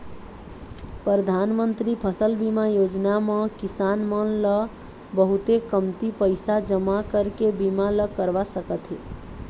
परधानमंतरी फसल बीमा योजना म किसान मन ल बहुते कमती पइसा जमा करके बीमा ल करवा सकत हे